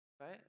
Right